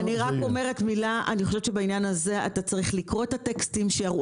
אני רק אומרת שאני חושבת שבעניין הזה אתה צריך לקרוא את הטקסטים שיראו